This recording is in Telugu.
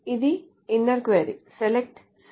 ఇది inner query SELECT cname FROM depositor